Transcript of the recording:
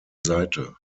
seite